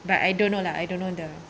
but I don't know lah I don't know the